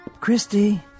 Christy